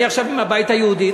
אני עכשיו עם הבית היהודי.